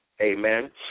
Amen